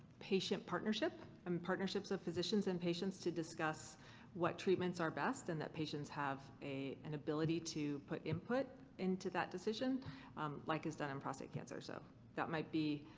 patient partnership and partnerships of physicians and patients to discuss what treatments are best and that patients have an ability to put input into that decision like it's done in prostate cancer. so that might be